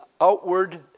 outward